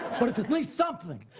but it's at least something.